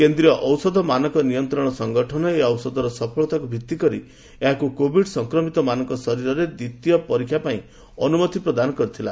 କେନ୍ଦ୍ରୀୟ ଔଷଧ ମାନକ ନିୟନ୍ତ୍ରଣ ସଂଗଠନ ଏହି ଔଷଧର ସଫଳତାକୁ ଭିତ୍ତି କରି ଏହାକୁ କୋଭିଡ୍ ସଂକ୍ରମିତ ମାନଙ୍କ ଶରୀରରେ ଦ୍ୱିତୀୟ ପରୀକ୍ଷା ପାଇଁ ଅନୁମତି ପ୍ରଦାନ କରିଥିଲା